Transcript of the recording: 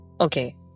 Okay